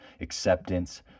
acceptance